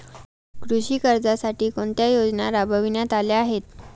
कृषी कर्जासाठी कोणत्या योजना राबविण्यात आल्या आहेत?